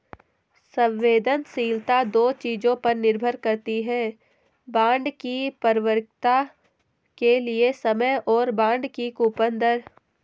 संवेदनशीलता दो चीजों पर निर्भर करती है बॉन्ड की परिपक्वता के लिए समय और बॉन्ड की कूपन दर